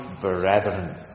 brethren